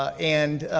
and,